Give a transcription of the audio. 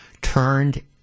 turned